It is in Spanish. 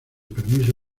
permiso